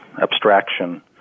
abstraction